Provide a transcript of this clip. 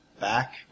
back